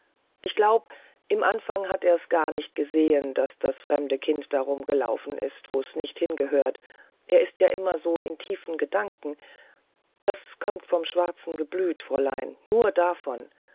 ich glaube im anfang hat er's gar nicht gesehen daß das fremde kind da rumgelaufen ist wo's nicht hingehört er ist ja immer so in tiefen gedanken das kömmt vom schwarzen geblüt fräulein nur davon